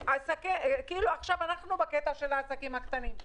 אבל עכשיו אנחנו מדברים על העסקים הקטנים.